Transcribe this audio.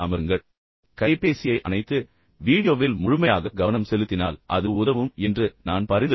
நீங்கள் கைபேசியை அணைத்து பின்னர் வீடியோவில் முழுமையாக கவனம் செலுத்தினால் அது உதவும் என்று நான் பரிந்துரைக்கிறேன்